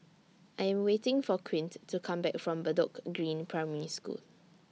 I Am waiting For Quint to Come Back from Bedok Green Primary School